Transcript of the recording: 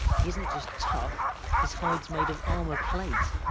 he isn't just tough his hide's made of armor plate.